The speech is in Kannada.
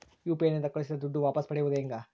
ಯು.ಪಿ.ಐ ನಿಂದ ಕಳುಹಿಸಿದ ದುಡ್ಡು ವಾಪಸ್ ಪಡೆಯೋದು ಹೆಂಗ?